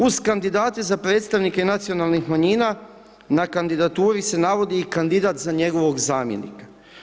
Uz kandidate za predstavnike nacionalnih manjina, na kandidaturi se navodi i kandidat za njegovog zamjenika.